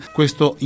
questo